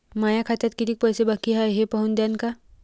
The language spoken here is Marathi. माया खात्यात कितीक पैसे बाकी हाय हे पाहून द्यान का?